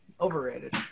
overrated